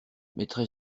mettrai